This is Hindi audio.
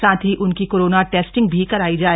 साथ ही उनकी कोरोना टेस्टिंग भी कराई जाए